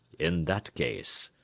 in that case,